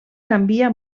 canvia